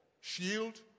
Shield